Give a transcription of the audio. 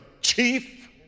chief